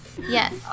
yes